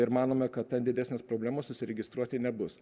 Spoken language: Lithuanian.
ir manome kad ten didesnės problemos užsiregistruoti nebus